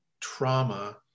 trauma